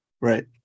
Right